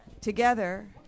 together